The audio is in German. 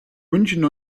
münchen